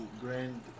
Grand